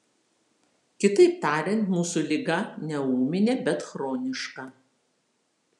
kitaip tariant mūsų liga ne ūminė bet chroniška